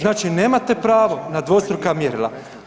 Znači nemate pravo na dvostruka mjerila.